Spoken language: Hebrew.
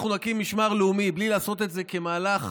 אנחנו נקים משמר לאומי, בלי לעשות את זה כמהלך